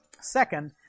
Second